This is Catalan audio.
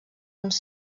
uns